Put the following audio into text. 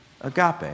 Agape